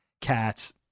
cats